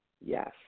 Yes